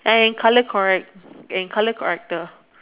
and colour correct colour corrector